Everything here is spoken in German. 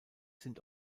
sind